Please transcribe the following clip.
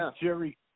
Jerry